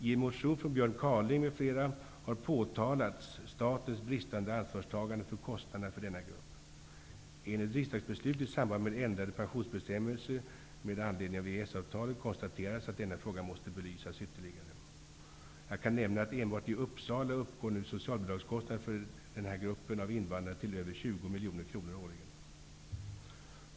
I en motion från Björn Kaaling m.fl. har statens bristande ansvarstagande för kostnaderna för denna grupp påtalats. Enligt riksdagsbeslut i samband med ändrade pensionsbestämmelser med anledning av EES avtalet konstaterades att denna fråga ytterligare måste belysas. Enbart i Uppsala uppgår nu socialbidragskostnaderna för denna grupp av invandrare till över 20 miljoner kronor årligen.